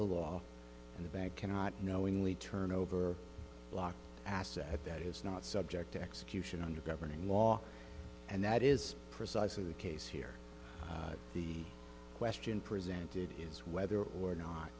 the law and the bank cannot knowingly turn over block asset that is not subject to execution under governing law and that is precisely the case here the question presented is whether or not